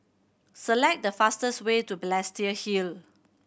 select the fastest way to Balestier Hill